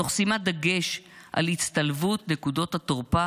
תוך שימת דגש על הצטלבות נקודות התורפה